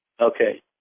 Okay